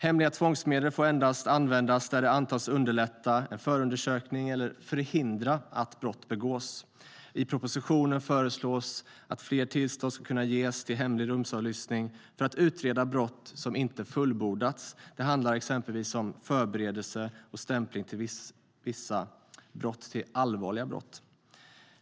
Hemliga tvångsmedel får endast användas där de antas underlätta en förundersökning eller förhindra att brott begås. I propositionen föreslås att fler tillstånd ska kunna ges till hemlig rumsavlyssning för att utreda brott som inte fullbordats. Det handlar exempelvis om förberedelser och stämpling till vissa brott - allvarliga brott.